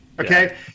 Okay